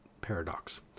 paradox